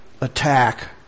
attack